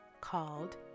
called